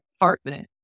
apartment